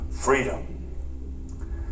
freedom